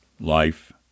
life